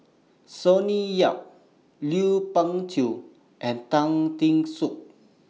Sonny Yap Lui Pao Chuen and Tan Teck Soon